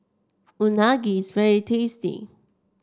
Unagi is very tasty